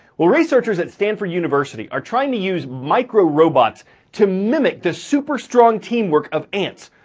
well, researchers at stanford university are trying to use micro-robots to mimic the super strong team work of ants.